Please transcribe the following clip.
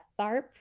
Tharp